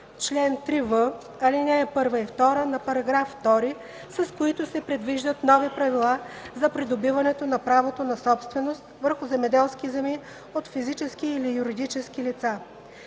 чл. 3в, ал. 1 и 2 на § 2, с които се предвиждат нови правила за придобиването на право на собственост върху земеделски земи от физически или юридически лица.